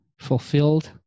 Fulfilled